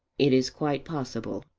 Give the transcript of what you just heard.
it is quite possible.